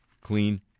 Clean